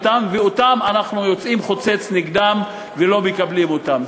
ואנחנו יוצאים חוצץ נגדן ולא מקבלים אותן.